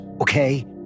okay